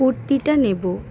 কুর্তিটা নেব